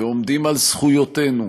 ועומדים על זכויותינו,